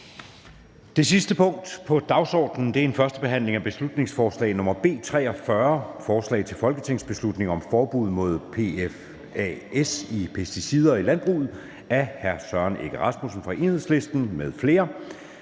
Det sidste punkt på dagsordenen er: 37) 1. behandling af beslutningsforslag nr. B 43: Forslag til folketingsbeslutning om forbud mod PFAS i pesticider i landbruget. Af Søren Egge Rasmussen (EL) m.fl.